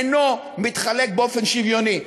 הוא אינו מתחלק באופן שוויוני.